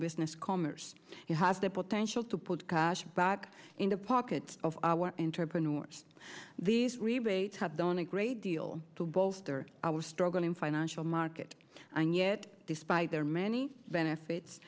business commerce you have the potential to put cash back in the pocket of our interpreter or these rebates have done a great deal to bolster our struggling financial market and yet despite their many benefits